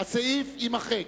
"הסעיף, יימחק".